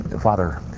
Father